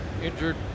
Injured